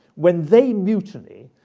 when they mutiny,